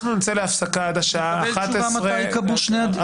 אנחנו נצא להפסקה עד השעה 11:40. חידשנו את הישיבה.